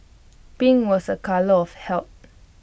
pink was A colour of health